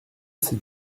c’est